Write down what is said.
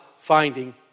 finding